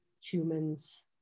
Humans